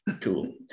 cool